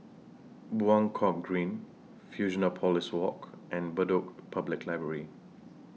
Buangkok Green Fusionopolis Walk and Bedok Public Library